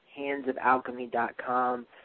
handsofalchemy.com